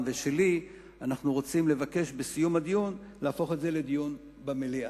ושלי אנחנו רוצים לבקש בסיום הדיון להפוך לדיון במליאה,